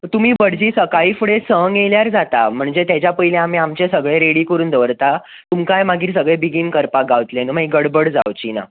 तुमी भटजी सकाळी फुडे संक येयल्यार जाता म्हणजे तेज्या पयली आमी आमचे सगळे रेडी करून दवरता तुमकांय मागीर सगळे बेगीन करपाक गावतले न्हू मागीर गडबड जावची ना